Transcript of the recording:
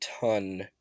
ton